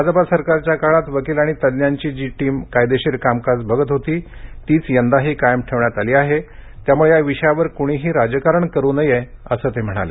भाजप सरकारच्या काळात वकील आणि तज्ञांची जी टीम कायदेशीर कामकाज बघत होती तीच यंदाही कायम ठेवण्यात आली आहे त्यामुळे या विषयावर कूणीही राजकारण करू नये असे ते म्हणाले